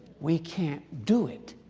we can't do it.